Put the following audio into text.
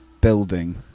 building